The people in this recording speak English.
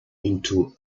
into